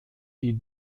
die